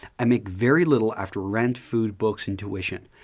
i make very little after rent, food, books, and tuition.